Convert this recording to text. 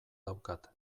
daukat